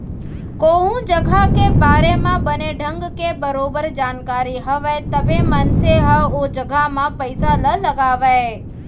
कोहूँ जघा के बारे म बने ढंग के बरोबर जानकारी हवय तभे मनसे ह ओ जघा म पइसा ल लगावय